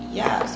yes